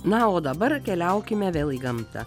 na o dabar keliaukime vėl į gamtą